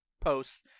posts